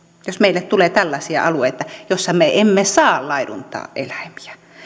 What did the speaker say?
jos meille tulee tällaisia alueita joilla me emme saa laiduntaa eläimiä